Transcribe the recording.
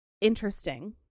interesting